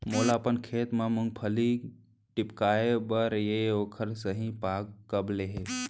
मोला अपन खेत म मूंगफली टिपकाय बर हे ओखर सही पाग कब ले हे?